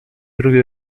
drugie